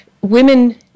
women